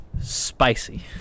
spicy